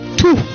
two